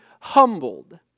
humbled